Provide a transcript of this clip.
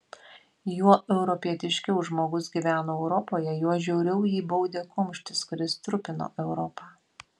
juo europietiškiau žmogus gyveno europoje juo žiauriau jį baudė kumštis kuris trupino europą